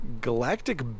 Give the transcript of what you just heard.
Galactic